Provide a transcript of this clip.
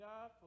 God